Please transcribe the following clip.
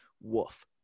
Woof